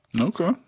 Okay